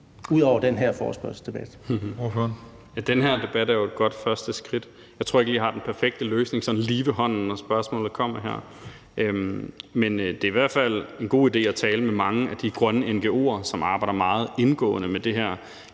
Carl Valentin (SF): Den her debat er jo et godt første skridt. Jeg tror ikke lige, jeg har den perfekte løsning sådan lige ved hånden, når spørgsmålet kommer her, men det er i hvert fald en god idé at tale med mange af de grønne ngo'er, som arbejder meget indgående med det her.